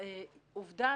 עובדה,